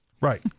Right